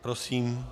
Prosím.